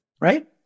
right